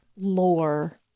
lore